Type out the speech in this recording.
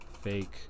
fake